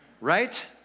right